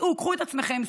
קחו את עצמכם,